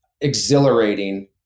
exhilarating